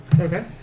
Okay